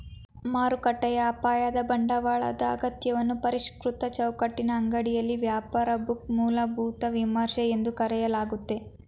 ಮಾರುಕಟ್ಟೆ ಅಪಾಯದ ಬಂಡವಾಳದ ಅಗತ್ಯವನ್ನ ಪರಿಷ್ಕೃತ ಚೌಕಟ್ಟಿನ ಅಡಿಯಲ್ಲಿ ವ್ಯಾಪಾರ ಬುಕ್ ಮೂಲಭೂತ ವಿಮರ್ಶೆ ಎಂದು ಕರೆಯಲಾಗುತ್ತೆ